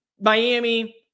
Miami